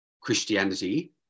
Christianity